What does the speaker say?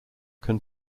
can